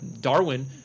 Darwin